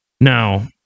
Now